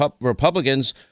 Republicans